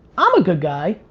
i'm a good guy,